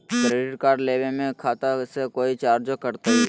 Credit card लेवे में खाता से कोई चार्जो कटतई?